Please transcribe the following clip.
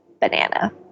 banana